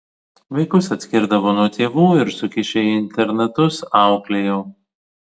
vaikus atskirdavo nuo tėvų ir sukišę į internatus auklėjo